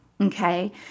Okay